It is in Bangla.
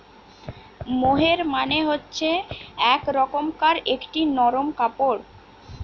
মোহের মানে হচ্ছে এক রকমকার একটি নরম কাপড়